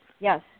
yes